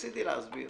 ניסיתי להסביר.